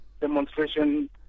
demonstration